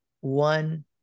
one